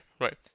right